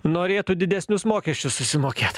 norėtų didesnius mokesčius susimokėt